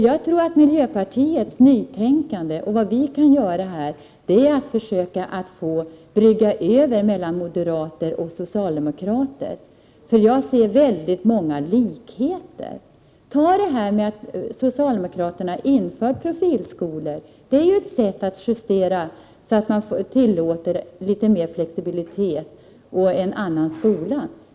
Jag tror att vad miljöpartiets nytänkande innebär och vad vi kan göra är att försöka överbrygga avståndet mellan moderater och socialdemokrater, eftersom jag ser väldigt många likheter. Tag detta att socialdemokraterna inför profilskolor! Det är ju ett sätt att justera, så att man tillåter litet mer flexibilitet och en annan skola.